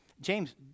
James